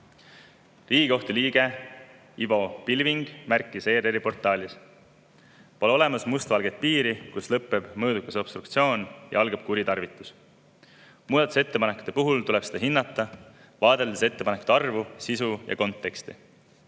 Riigikohtu liige Ivo Pilving märkis ERR‑i portaalis: "Pole olemas mustvalget piiri, kus lõppeb mõõdukas obstruktsioon ja algab kuritarvitus. Muudatusettepanekute puhul tuleb seda hinnata, vaadeldes ettepanekute arvu, sisu ja konteksti.